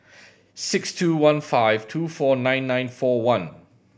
six two one five two four nine nine four one